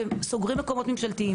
וסוגרים מקומות ממשלתיים.